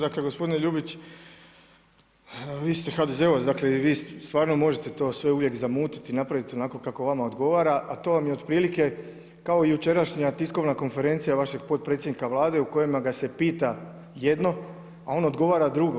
Dakle gospodine Ljubić, vi ste HDZ-ovac i vi stvarno možete to sve uvijek zamutiti i napraviti onako kako vama odgovara, a to vam je otprilike kao jučerašnja tiskovna konferencija vašeg potpredsjednika Vlade u kojem ga se pita jedno, a on odgovara drugo.